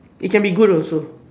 it can be good also